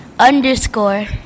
Underscore